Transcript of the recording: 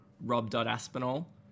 Rob.aspinall